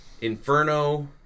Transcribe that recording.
Inferno